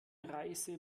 reise